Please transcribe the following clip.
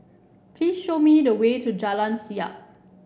please show me the way to Jalan Siap